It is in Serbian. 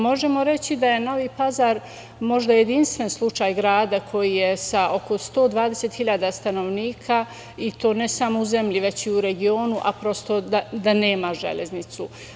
Možemo reći da je Novi Pazar možda jedinstven slučaj grada koji je sa oko 120.000 stanovnika, i to ne samo u zemlji, već i u regionu, a da nema železnicu.